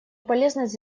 полезность